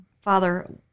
Father